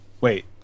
Wait